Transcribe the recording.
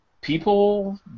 people